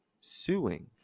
suing